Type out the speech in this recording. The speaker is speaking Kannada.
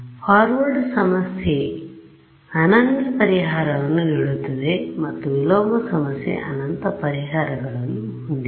ಫಾರ್ವರ್ಡ್ ಸಮಸ್ಯೆ ಅನನ್ಯ ಪರಿಹಾರಗಳನ್ನು ನೀಡುತ್ತದೆ ಮತ್ತು ವಿಲೋಮ ಸಮಸ್ಯೆ ಅನಂತ ಪರಿಹಾರಗಳನ್ನು ಹೊಂದಿದೆ